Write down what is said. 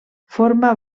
forma